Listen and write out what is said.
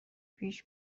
پیش